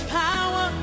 power